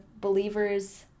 believers